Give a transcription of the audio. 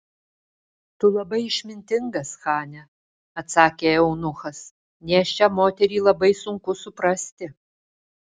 tu labai išmintingas chane atsakė eunuchas nėščią moterį labai sunku suprasti